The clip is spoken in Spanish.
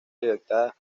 libertad